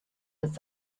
its